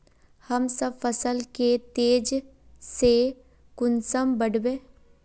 हम फसल के तेज से कुंसम बढ़बे?